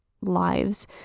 lives